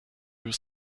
już